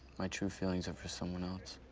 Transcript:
my true feelings are for someone else.